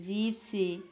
jeep